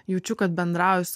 jaučiu kad bendrauju su